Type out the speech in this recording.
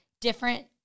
different